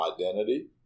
identity